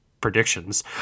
predictions